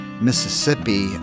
Mississippi